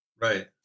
right